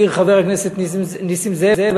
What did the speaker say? העיר חבר הכנסת נסים זאב,